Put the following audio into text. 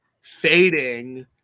fading